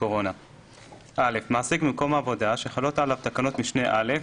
הקורונה 2ב. (א)מעסיק במקום עבודה שחלות עליו תקנות משנה (א)